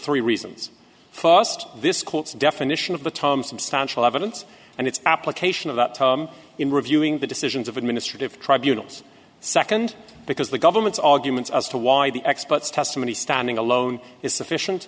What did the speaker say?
three reasons fost this court's definition of the tom substantial evidence and its application of up to in reviewing the decisions of administrative tribunals second because the government's arguments as to why the experts testimony standing alone is sufficient